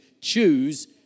choose